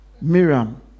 Miriam